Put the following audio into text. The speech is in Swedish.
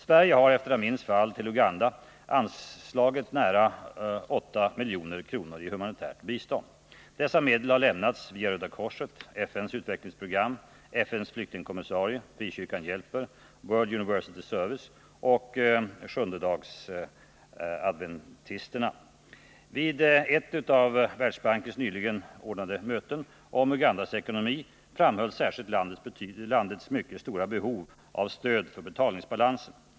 Sverige har efter Amins fall till Uganda anslagit nära 8 milj.kr. i humanitärt bistånd. Dessa medel har lämnats via Röda korset, FN:s utvecklingsprogram, FN:s flyktingkommissarie, Frikyrkan hjälper, World University Service och Sjundedagsadventisterna. Vid ett av Världsbanken nyligen ordnat möte om Ugandas ekonomi framhölls särskilt landets mycket stora behov av stöd för betalningsbalansen.